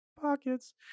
Pockets